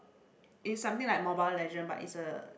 is something like Mobile Legend but is a